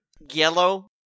Yellow